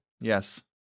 Yes